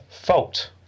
Fault